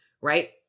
Right